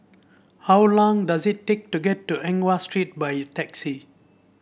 how long does it take to get to Eng Watt Street by taxi